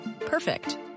Perfect